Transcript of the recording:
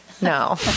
No